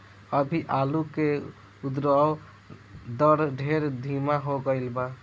अभी आलू के उद्भव दर ढेर धीमा हो गईल बा